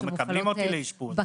לא מקבלים אותי לאשפוז.